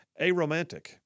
aromantic